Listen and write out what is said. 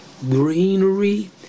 greenery